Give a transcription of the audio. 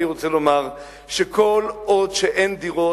אני רוצה לומר שכל עוד אין דירות,